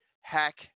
hack